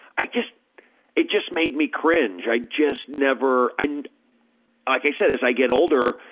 i just it just made me cringe. i just never and like i said, as i get older,